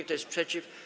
Kto jest przeciw?